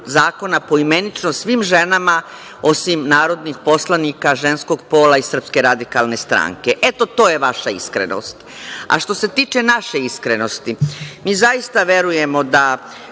zakona poimenično svim ženama, osim narodnih poslanika ženskog pola iz SRS. Eto, to je vaša iskrenost. Što se tiče naše iskrenosti, mi zaista verujemo da